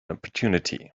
opportunity